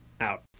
out